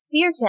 Fear